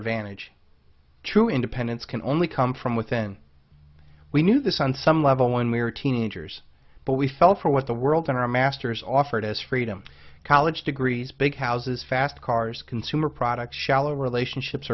advantage true independence can only come from within we knew this on some level when we were teenagers but we fell for what the world and our masters offered us freedom college degrees big houses fast cars consumer products shallow relationships